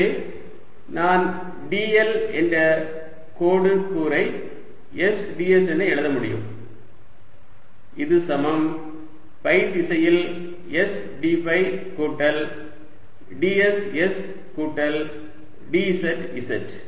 எனவே நான் dl என்ற கோடு கூறை s ds என எழுத முடியும் இது சமம் ஃபை திசையில் s d ஃபை கூட்டல் ds s கூட்டல் dz z